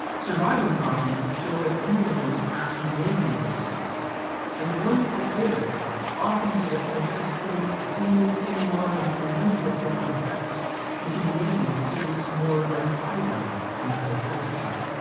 surviving copies show that few owners actually made the adjustments and the ones that did often did it by just putting a single thin line through the offending text which in the end serves more like a highlighter than does censorship.